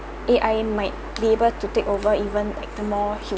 A_I might be able to take over even like the more